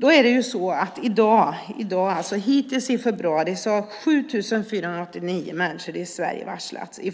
Då är det så att hittills i februari har 7 489 människor i Sverige varslats. I